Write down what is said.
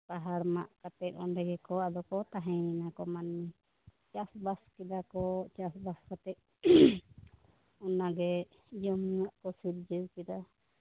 ᱯᱟᱦᱟᱲ ᱢᱟᱜ ᱠᱟᱛᱮ ᱚᱸᱰᱮ ᱜᱮᱠᱚ ᱟᱫᱚᱠᱚ ᱛᱟᱦᱮᱸᱭᱮᱱᱟ ᱠᱚ ᱢᱟᱹᱱᱢᱤ ᱪᱟᱥ ᱵᱟᱥ ᱠᱮᱫᱟ ᱠᱚ ᱪᱟᱥᱵᱟᱥ ᱠᱟᱛᱮᱫ ᱚᱱᱟ ᱜᱮ ᱡᱚᱢ ᱧᱩᱸᱣᱟᱜ ᱠᱚ ᱥᱤᱨᱡᱟ ᱣ ᱠᱮᱫᱟ